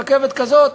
תהיה רכבת כזאת,